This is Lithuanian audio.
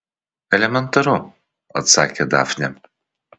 elementaru atsakė dafnė